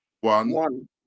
One